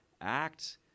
act